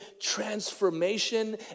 transformation